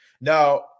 Now